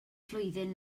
flwyddyn